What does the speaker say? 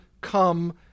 come